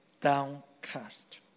downcast